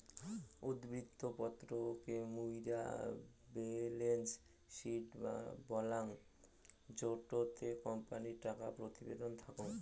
উদ্ধৃত্ত পত্র কে মুইরা বেলেন্স শিট বলাঙ্গ জেটোতে কোম্পানির টাকা প্রতিবেদন থাকাং